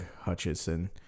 Hutchison